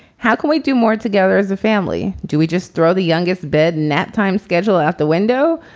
how can we do more together as a family? do we just throw the youngest bed naptime schedule out the window?